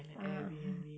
ah !huh!